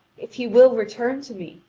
if he will return to me,